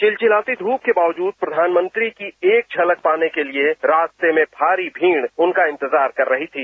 चिलचिलाती ध्रप के बावजूद प्रधानमंत्री की एक झलक पाने के लिए रास्ते में भारी भीड़ उनका इंतजार कर रही थी